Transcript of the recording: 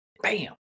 bam